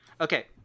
Okay